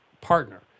partner